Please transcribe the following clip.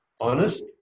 honest